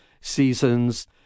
seasons